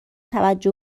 توجه